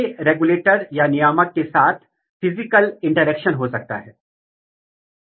और यदि आप एक क्रॉस बनाते हैं और एफ 1 पीढ़ी पर जाते हैं तो आपके पास क्या मिलने वाला है